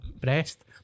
breast